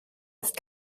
ist